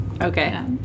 Okay